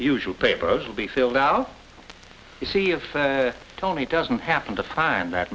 usual papers will be filled out to see if tony doesn't happen to find that